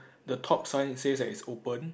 the top sign says that it's open